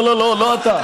יריב, לא לא לא, לא אתה.